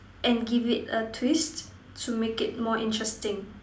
and give it a twist to make it more interesting